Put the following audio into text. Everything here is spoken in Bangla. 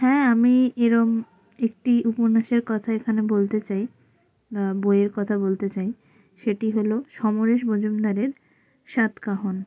হ্যাঁ আমি এরকম একটি উপন্যাসের কথা এখানে বলতে চাই বইয়ের কথা বলতে চাই সেটি হলো সমরেশ মজুমদারের সাতকাহন